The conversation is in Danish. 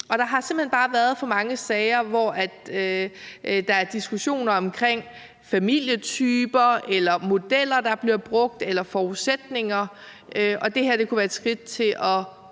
Der har simpelt hen bare været for mange sager, hvor der er diskussioner omkring familietyper eller modeller, der bliver brugt, eller forudsætninger. Og det her kunne være et skridt til at